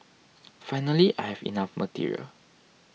finally I have enough material